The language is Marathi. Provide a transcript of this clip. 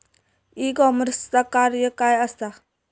ई कॉमर्सचा कार्य काय असा?